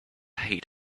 heat